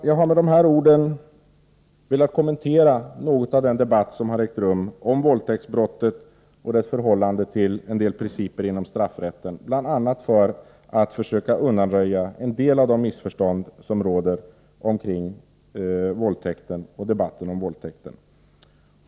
Jag har med dessa ord velat något kommentera den debatt som har ägt rum om våldtäktsbrottet och dess förhållande till en del principer inom straffrätten, bl.a. för att försöka undanröja en del av de missförstånd som råder i debatten om våldtäkten.